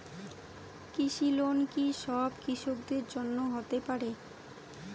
কৃষি লোন কি সব কৃষকদের জন্য হতে পারে?